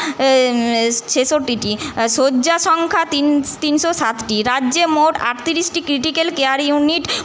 ছেষট্টিটি শয্যা সংখ্যা তিনশ তিনশো সাতটি রাজ্যে মোট আটত্রিশটি ক্রিটিকাল কেয়ার ইউনিট